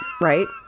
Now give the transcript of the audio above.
right